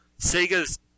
Sega's